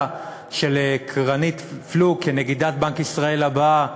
של קרנית פלוג כנגידת בנק ישראל הבאה,